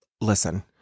Listen